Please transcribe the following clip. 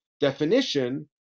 definition